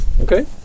Okay